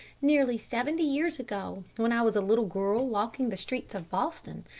nearly seventy years ago, when i was a little girl walking the streets of boston,